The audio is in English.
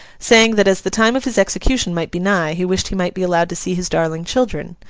saying that as the time of his execution might be nigh, he wished he might be allowed to see his darling children.